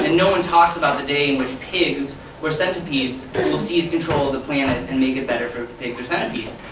and no one talks about the day in which pigs or centipedes will sieze control of the planet and make it better for pigs or centipedes.